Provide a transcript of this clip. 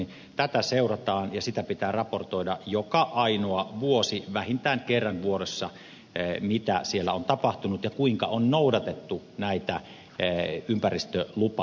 tätä seurataan ja siitä pitää raportoida joka ainoa vuosi vähintään kerran vuodessa mitä siellä on tapahtunut ja kuinka on noudatettu ympäristölupaehtoja